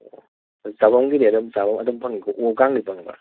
ꯑꯣ ꯑꯗꯣ ꯆꯥꯐꯝꯒꯤꯗꯤ ꯑꯗꯨꯝ ꯆꯥꯐꯝ ꯑꯗꯨꯝ ꯐꯪꯅꯤꯀꯣ ꯐꯪꯕ꯭ꯔꯥ